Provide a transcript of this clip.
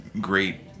great